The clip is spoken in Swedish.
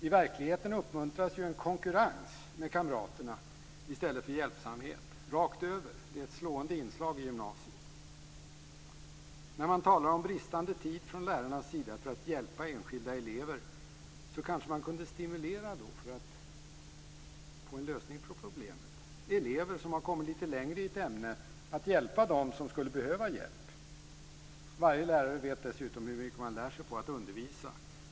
I verkligheten uppmuntras ju en konkurrens mellan kamraterna i stället för hjälpsamhet, rakt över. Det är ett slående inslag i gymnasiet. När man talar om bristande tid från lärarnas sida för att hjälpa enskilda elever så kanske man kunde stimulera eleverna för att få en lösning på problemet, så att elever som har kommit lite längre i ett ämne kan hjälpa dem som skulle behöva hjälp. Varje lärare vet dessutom hur mycket man lär sig på att undervisa.